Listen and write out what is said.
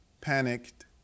panicked